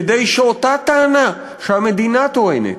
כדי שאותה טענה שהמדינה טוענת,